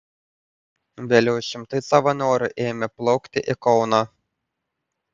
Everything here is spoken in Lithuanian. vėliau šimtai savanorių ėmė plaukti į kauną